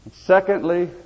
Secondly